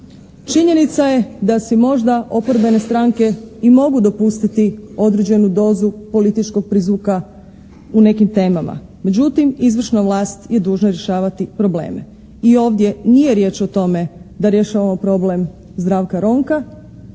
Činjenica je da si možda oporbene stranke i mogu dopustiti određenu dozu političkog prizvuka u nekim temama. Međutim, izvršna vlast je dužna rješavati probleme i ovdje nije riječ o tome da rješavamo problem Zdravka Ronka,